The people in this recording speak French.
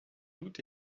doute